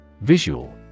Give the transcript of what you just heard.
Visual